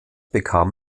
bekam